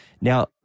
Now